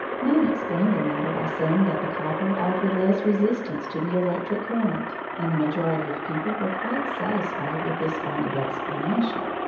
man explained the matter by saying that the copper offered less resistance to the electric current, and the majority of people were quite satisfied with this kind of explanation.